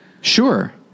sure